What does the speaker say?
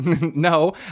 No